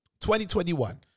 2021